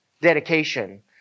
dedication